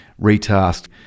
retasked